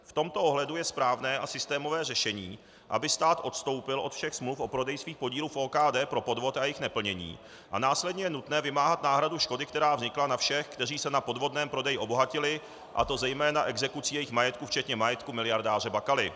V tomto ohledu je správné a systémové řešení, aby stát odstoupil od všech smluv o prodeji svých podílů v OKD pro podvod a jejich neplnění, a následně je nutné vymáhat náhradu škody, která vznikla, na všech, kteří se na podvodném prodeji obohatili, a to zejména exekucí jejich majetku včetně majetku miliardáře Bakaly.